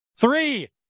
Three